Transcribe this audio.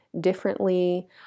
differently